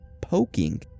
poking